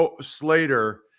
Slater